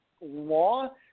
law